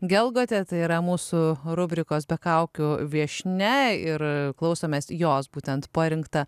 gelgotė tai yra mūsų rubrikos be kaukių viešnia ir klausomės jos būtent parinkta